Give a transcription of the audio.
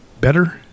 better